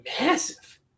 massive